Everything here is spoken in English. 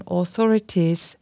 authorities